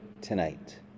tonight